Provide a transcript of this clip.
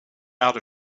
out